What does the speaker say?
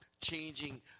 changing